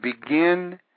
begin